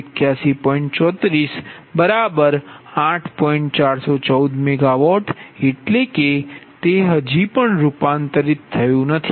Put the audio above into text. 414 MW એટલે કે તે હજી પણ રૂપાંતરિત થયુ નથી